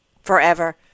Forever